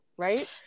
Right